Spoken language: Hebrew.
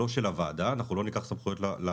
לא של הוועדה כי אנחנו לא ניקח סמכויות למועצה,